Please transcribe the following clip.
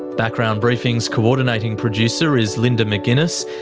background briefing's coordinating producer is linda mcginness,